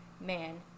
man